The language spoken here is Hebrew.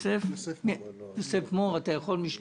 יוסף מור, אתה יכול לומר משפט?